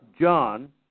John